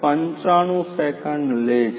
૯૫ seconds લે છે